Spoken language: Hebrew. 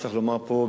צריך לומר פה,